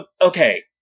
okay